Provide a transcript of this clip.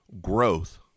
growth